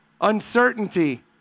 uncertainty